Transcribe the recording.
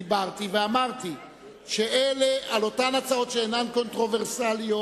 דיברתי ואמרתי שעל אותן הצעות שאינן קונטרוורסליות,